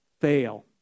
fail